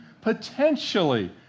Potentially